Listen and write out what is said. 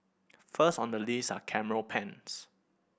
first on the list are camera pens